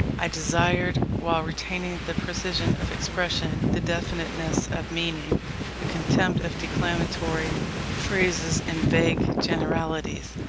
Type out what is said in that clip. i desired, while retaining the precision of expression, the definiteness of meaning, the contempt of declamatory phrases and vague generalities,